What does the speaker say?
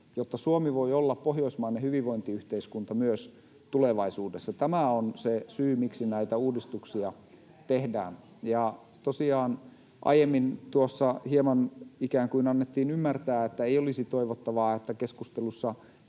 jotta Suomi voi olla pohjoismainen hyvinvointiyhteiskunta myös tulevaisuudessa. Tämä on se syy, miksi näitä uudistuksia tehdään. Tosiaan aiemmin tuossa ikään kuin hieman annettiin ymmärtää, että ei olisi toivottavaa, että keskusteluissa